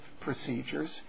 procedures